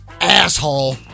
Asshole